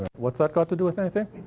what's that got to do with anything?